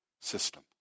system